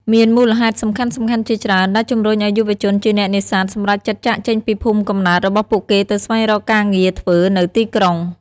មានមូលហេតុសំខាន់ៗជាច្រើនដែលជំរុញឲ្យយុវជនជាអ្នកនេសាទសម្រេចចិត្តចាកចេញពីភូមិកំណើតរបស់ពួកគេទៅស្វែងរកការងារធ្វើនៅទីក្រុង។